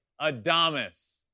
Adamas